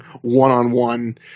one-on-one